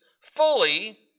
fully